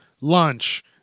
lunch